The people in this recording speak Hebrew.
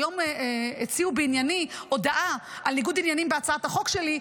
היום הציעו בענייני הודעה על ניגוד עניינים בהצעת החוק שלי.